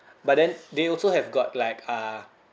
but then they also have got like uh